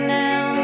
now